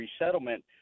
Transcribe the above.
Resettlement